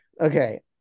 okay